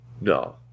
No